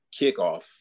kickoff